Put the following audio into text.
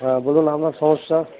হ্যাঁ বলুন আপনার সমস্যা